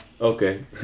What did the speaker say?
Okay